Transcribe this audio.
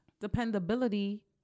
dependability